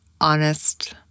honest